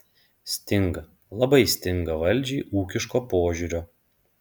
stinga labai stinga valdžiai ūkiško požiūrio